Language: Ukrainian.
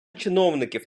чиновників